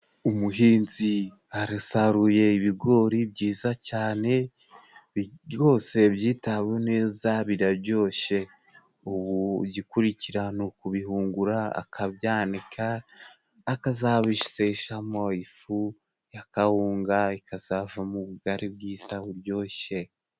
Umuhinzi arasaruye ibigori byiza cyane rwose byitawe neza biraryoshye, ubu igikurikira ni ukubihungura akabyanika akazabiseshamo ifu ya Kawunga ikazavamo ubugari bwiza buryoshye.